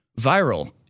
viral